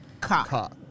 cock